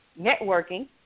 networking